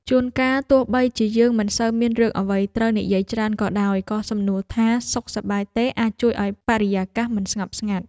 ជួនកាលទោះបីជាយើងមិនសូវមានរឿងអ្វីត្រូវនិយាយច្រើនក៏ដោយក៏សំណួរថាសុខសប្បាយទេអាចជួយឱ្យបរិយាកាសមិនស្ងប់ស្ងាត់។